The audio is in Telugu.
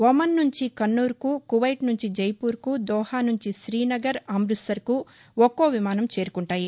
ఒమన్ నుంచి కన్నూరుకు కువైట్ నుంచి జైపూర్కు దోహా నుంచి తీనగర్ అమృత్సర్కు ఒక్కో విమానం చేరుకుంటాయి